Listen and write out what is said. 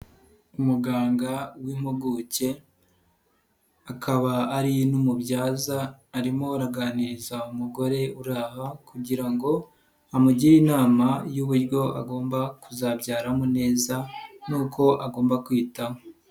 Umuganga w'impuguke, akaba ari n'umubyaza, arimo aganiriza umugore uri aha kugira ngo amugire inama y'uburyo agomba kuzabyaramo neza nuko agomba kwiyitaho.